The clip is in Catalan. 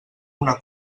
una